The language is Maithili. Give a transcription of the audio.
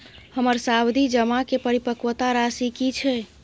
हमर सावधि जमा के परिपक्वता राशि की छै?